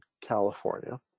California